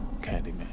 Candyman